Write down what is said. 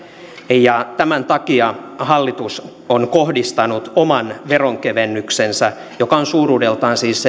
ja tämän takia hallitus on kohdistanut oman veronkevennyksensä joka on suuruudeltaan siis